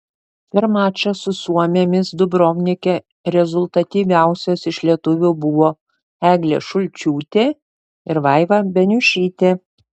per mačą su suomėmis dubrovnike rezultatyviausios iš lietuvių buvo eglė šulčiūtė ir vaiva beniušytė